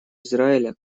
израиля